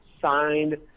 signed